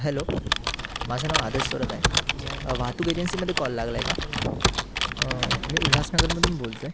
hello माझं नाव आदर्श थोरात आहे वाहतूक एजन्सीमध्ये कॉल लागला आहे का मी उल्हासनगरमधून बोलत आहे